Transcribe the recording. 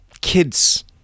kids